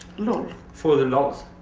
lol? for the lulz.